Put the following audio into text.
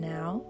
Now